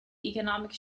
economic